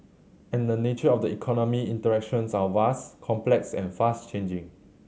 and the nature of the economy interactions are vast complex and fast changing